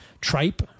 Tripe